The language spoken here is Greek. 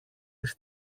τις